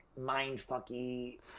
mind-fucky